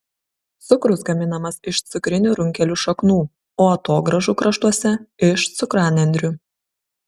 cukrus gaminamas iš cukrinių runkelių šaknų o atogrąžų kraštuose iš cukranendrių